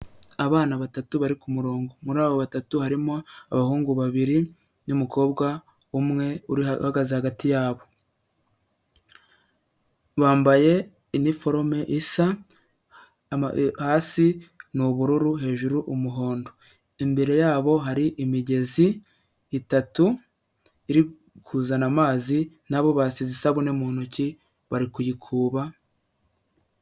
Abana batatu bari ku murongo, muri abo batatu harimo abahungu babiri n'umukobwa umwe uhagaze hagati y'abo, bambyaye iniforume isa, hasi ni ubururu, hejuru umuhondo, imbere y'abo hari imigezi itatu, iri kuzana amazi, n'abo basize isabune mu ntoki, bari kuyikuba.